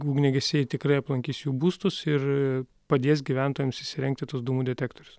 ugniagesiai tikrai aplankys jų būstus ir padės gyventojams įsirengti tuos dūmų detektorius